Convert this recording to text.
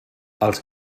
els